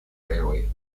railway